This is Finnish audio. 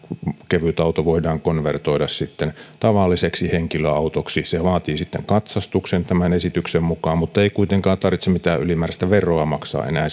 kevytauto voidaan konvertoida tavalliseksi henkilöautoksi se vaatii sitten katsastuksen tämän esityksen mukaan mutta ei kuitenkaan tarvitse mitään ylimääräistä veroa maksaa enää